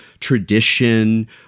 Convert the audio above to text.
tradition